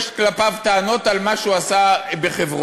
יש כלפיו טענות על מה שהוא עשה בחברון,